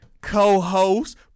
co-host